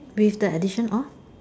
with the addition of